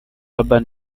urban